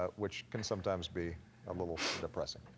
ah which can sometimes be a little depressing.